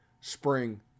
spring